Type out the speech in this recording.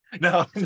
No